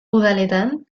udaletan